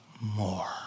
more